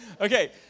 Okay